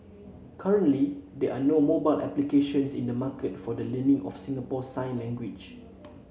currently there are no mobile applications in the market for the learning of Singapore sign language